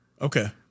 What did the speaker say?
Okay